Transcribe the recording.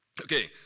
Okay